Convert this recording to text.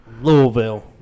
Louisville